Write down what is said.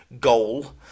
goal